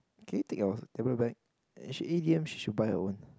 can you take your tablet back then she in the end she should buy her own